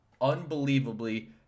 unbelievably